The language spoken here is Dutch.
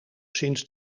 sinds